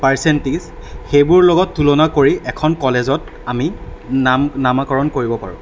percentage সেইবোৰৰ লগত তুলনা কৰি এখন কলেজত আমি নাম নামাকৰণ কৰিব পাৰোঁ